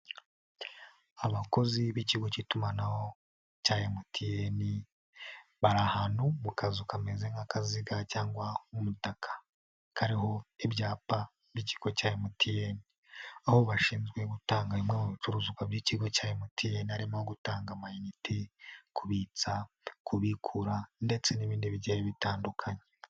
Abakozi b'Ikigo k'itumanaho cya MTN bari ahantu mu kazu kameze nk'akaziga cyangwa nk'umutaka kariho ibyapa by'Ikigo cya MTN, aho bashinzwe gutanga bimwe mu bicuruzwa by'Ikigo cya MTN harimo gutanga amayinite, kubitsa, kubikura ndetse n'ibindi bigiye bitandukanye.